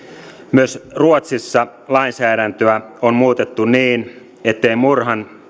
myös ruotsissa lainsäädäntöä on muutettu niin ettei murhan